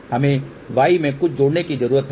हमें y में कुछ जोड़ने की जरूरत है